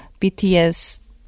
BTS